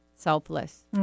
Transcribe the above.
selfless